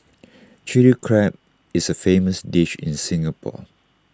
Chilli Crab is A famous dish in Singapore